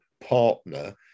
partner